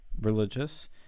religious